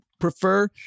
prefer